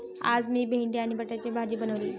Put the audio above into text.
आज मी भेंडी आणि बटाट्याची भाजी बनवली